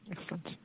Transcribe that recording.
Excellent